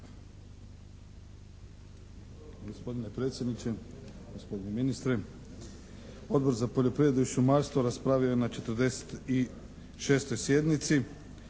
Gospodine predsjedniče, gospodine ministre! Odbor za poljoprivredu i šumarstvo raspravio je na 46. sjednici